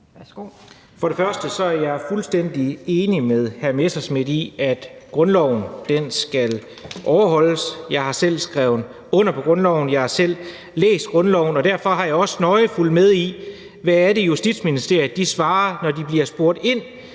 For det første er jeg fuldstændig enig med hr. Morten Messerschmidt i, at grundloven skal overholdes. Jeg har selv skrevet under på grundloven, jeg har selv læst grundloven, og derfor har jeg også nøje fulgt med i, hvad det er, Justitsministeriet svarer, når de bliver spurgt ind